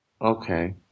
Okay